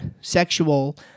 sexual